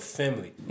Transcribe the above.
family